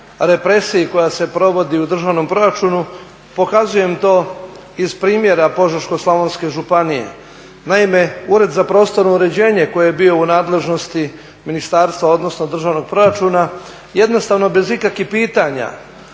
represiji koja se provodi u državnom proračunu, pokazujem to iz primjera Požeško-slavonske županije. Naime, Ured za prostorno uređenje koji je bio u nadležnosti ministarstva, odnosno državnog proračuna jednostavno bez ikakvih pitanja